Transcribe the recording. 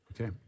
okay